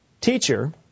Teacher